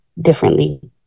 differently